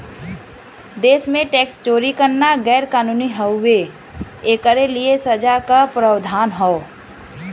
देश में टैक्स चोरी करना गैर कानूनी हउवे, एकरे लिए सजा क प्रावधान हौ